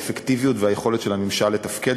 האפקטיביות והיכולת של הממשל לתפקד,